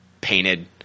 painted